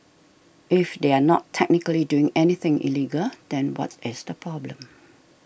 if they are not technically doing anything illegal then what is the problem